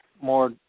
more